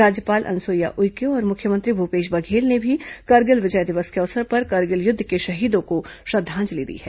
राज्यपाल अनुसुईया उइके और मुख्यमंत्री भूपेश बघेल ने भी कारगिल विजय दिवस के अवसर पर करगिल युद्ध के शहीदों को श्रद्धांजलि दी है